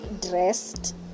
dressed